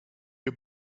you